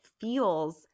feels –